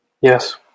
yes